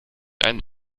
einen